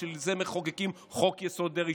ובשביל זה מחוקקים את חוק-יסוד: דרעי